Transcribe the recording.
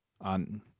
on